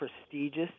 prestigious